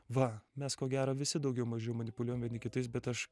va mes ko gero visi daugiau mažiau manipuliuojame vieni kitais bet aš